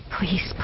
Please